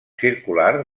circular